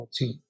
14